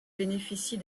bénéficie